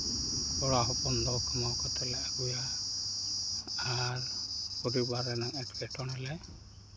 ᱠᱚᱲᱟ ᱦᱚᱯᱚᱱ ᱫᱚ ᱠᱟᱢᱟᱣ ᱠᱟᱛᱮᱫ ᱞᱮ ᱟᱹᱜᱩᱭᱟ ᱟᱨ ᱯᱚᱨᱤᱵᱟᱨ ᱨᱮᱱᱟᱜ ᱮᱸᱴᱠᱮᱴᱚᱬᱮ ᱞᱮ